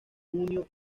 junio